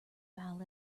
ballet